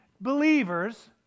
believers